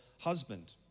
husband